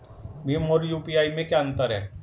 भीम और यू.पी.आई में क्या अंतर है?